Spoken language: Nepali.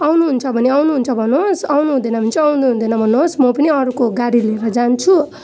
आउनुहुन्छ भने आउनुहुन्छ भन्नुहोस् आउनुहुँदैन भने चाहिँ आउनुहुँदैन भन्नुहोस् म पनि अर्को गाडी लिएर जान्छु